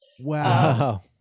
Wow